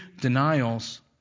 denials